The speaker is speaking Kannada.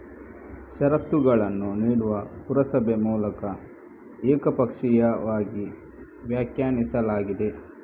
ಷರತ್ತುಗಳನ್ನು ನೀಡುವ ಪುರಸಭೆ ಮೂಲಕ ಏಕಪಕ್ಷೀಯವಾಗಿ ವ್ಯಾಖ್ಯಾನಿಸಲಾಗಿದೆ